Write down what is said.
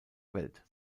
welt